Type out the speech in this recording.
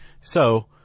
So-